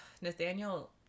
nathaniel